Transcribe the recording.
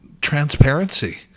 transparency